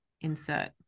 insert